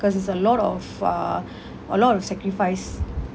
cause it's a lot of uh a lot of sacrifice